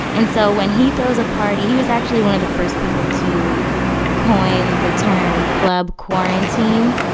and so when he throws a party he was actually one of the first people to coin the term club quarantine.